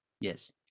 Yes